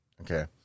Okay